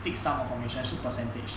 fix sum of commission 是 percentage